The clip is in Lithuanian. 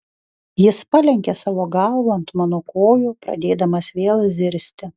jis palenkė savo galvą ant mano kojų pradėdamas vėl zirzti